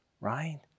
right